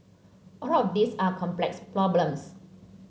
all of these are complex problems